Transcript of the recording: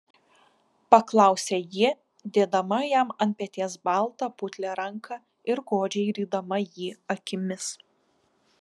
paklausė ji dėdama jam ant peties baltą putlią ranką ir godžiai rydama jį akimis